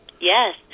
Yes